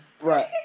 right